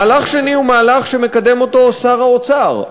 מהלך שני הוא מהלך שמקדם שר האוצר,